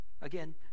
Again